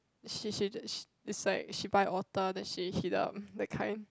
she she just she is like she buy otak then she heat up that kind